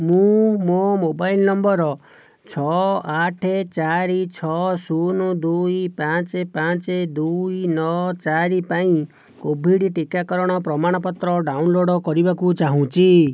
ମୁଁ ମୋ mobile number ଛଅ ଆଠ ଚାରି ଛଅ ଶୂନ ଦୁଇ ପାଞ୍ଚ ପାଞ୍ଚ ଦୁଇ ନଅ ଚାରି ପାଇଁ କୋଭିଡ଼୍ ଟିକାକରଣ ପ୍ରମାଣପତ୍ର ଡାଉନଲୋଡ଼୍ କରିବାକୁ ଚାହୁଁଛି